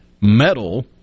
metal